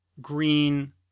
green